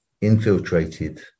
infiltrated